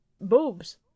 boobs